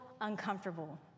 uncomfortable